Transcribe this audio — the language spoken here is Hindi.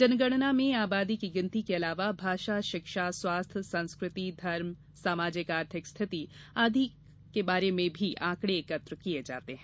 जनगणना में आबादी की गिनती के अलावा भाषा शिक्षा स्वास्थ्य संस्कृति धर्म सामाजिक आर्थिक स्थिति आदि का बारे में भी आँकड़े एकत्र किये जाते हैं